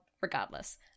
regardless